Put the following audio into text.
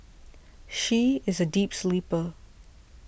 she is a deep sleeper